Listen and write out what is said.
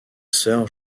sœur